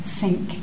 sink